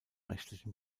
rechtlichen